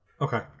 Okay